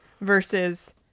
Versus